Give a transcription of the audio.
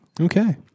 okay